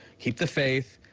keep the faith.